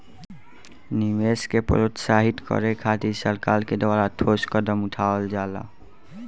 निवेश के प्रोत्साहित करे खातिर सरकार के द्वारा ठोस कदम उठावल जाता